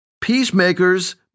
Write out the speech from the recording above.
Peacemakers